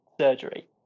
surgery